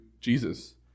Jesus